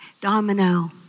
Domino